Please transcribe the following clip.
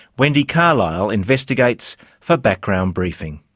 wendy carlisle investigates for background briefing.